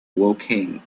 woking